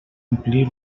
omplir